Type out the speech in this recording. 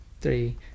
three